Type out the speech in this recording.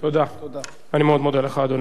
חבר הכנסת מיכאלי, יושב-ראש סיעת ש"ס.